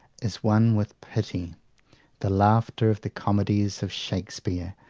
is one with pity the laughter of the comedies of shakespeare,